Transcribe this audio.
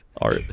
art